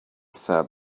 said